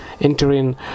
entering